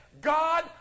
God